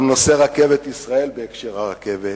גם נושא רכבת ישראל, בהקשר של הרכבת,